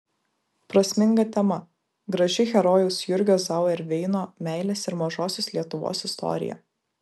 prasminga tema graži herojaus jurgio zauerveino meilės ir mažosios lietuvos istorija